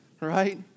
Right